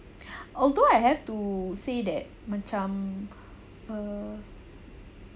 although I have to say that macam uh